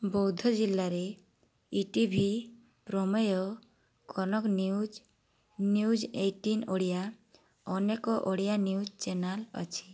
ବୌଦ୍ଧ ଜିଲ୍ଲାରେ E T V Prameya Kanak news news eighteen Odia ଅନେକ Odia news channel ଅଛି